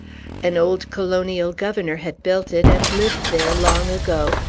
an old colonial governor had built it, and lived there, long ago,